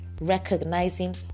recognizing